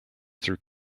through